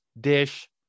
Dish